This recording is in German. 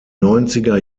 neunziger